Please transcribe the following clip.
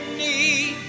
need